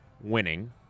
winning